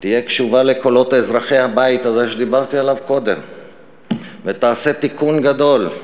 תהיה קשובה לקולות אזרחי הבית הזה שדיברתי עליו קודם ותעשה תיקון גדול,